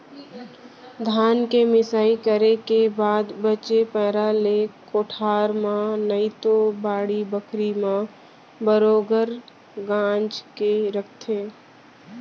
धान के मिंसाई करे के बाद बचे पैरा ले कोठार म नइतो बाड़ी बखरी म बरोगर गांज के रखथें